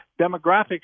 demographics